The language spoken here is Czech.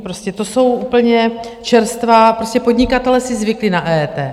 Prostě to jsou úplně čerstvá podnikatelé si zvykli na EET.